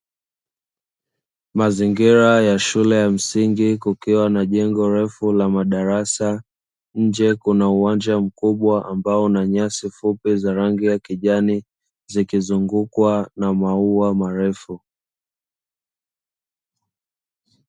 Mazingira ya shule ya msingi kukiwa na jengo refu la madarasa, nje kuna uwanja mkubwa ambao unanyasi fupi za rangi ya kijani. Zikizungukwa na maua marefu.